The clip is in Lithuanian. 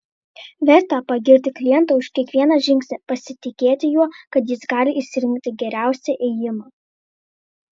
verta pagirti klientą už kiekvieną žingsnį pasitikėti juo kad jis gali išsirinkti geriausią ėjimą